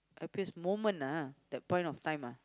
happiest moment ah that point of time ah